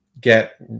get